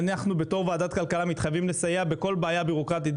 כוועדת כלכלה אנחנו מתחייבים לסייע בכל בעיה בירוקרטית.